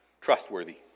trustworthy